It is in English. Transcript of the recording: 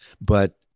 But-